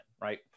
right